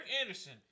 Anderson